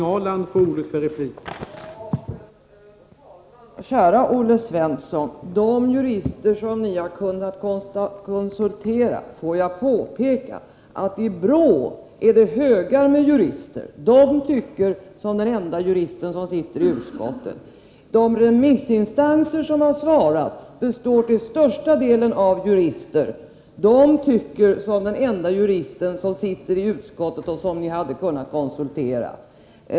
Herr talman! Olle Svensson talade om de jurister som majoriteten ”kunnat konsultera”. Kära Olle Svensson! Får jag påpeka att det finns högar med jurister i BRÅ. De tycker som den enda juristen som sitter i utskottet. De remissinstanser som har svarat består till största delen av jurister. De tycker som den enda juristen i utskottet, och dem hade ni kunnat konsultera.